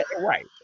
right